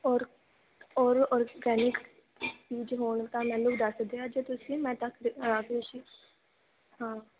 ਔਰ ਔਰ ਔਰਗੈਨਿਕ ਬੀਜ ਹੋਣ ਤਾਂ ਮੈਂਨੂ ਵੀ ਦੱਸ ਦਿਓ ਜੇ ਤੁਸੀਂ ਮੈਂ ਹਾਂ